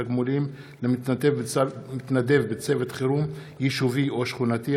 תגמולים למתנדב בצוות חירום יישובי או שכונתי),